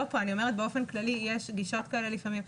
אני אומרת באופן כללי שיש גישות כאלה לפעמים.